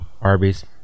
Arby's